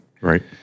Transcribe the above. Right